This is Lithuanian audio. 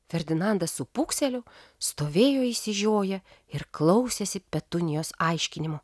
ferdinandas su pūkseliu stovėjo išsižioję ir klausėsi petunijos aiškinimų